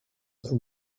are